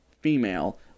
female